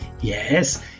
yes